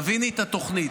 תביני את התוכנית,